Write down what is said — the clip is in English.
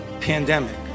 pandemic